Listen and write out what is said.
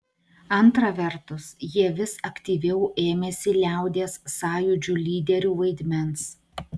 antra vertus jie vis aktyviau ėmėsi liaudies sąjūdžių lyderių vaidmens